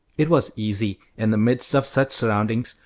it was easy, in the midst of such surroundings,